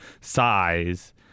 size